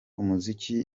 umuziki